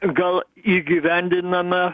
gal įgyvendiname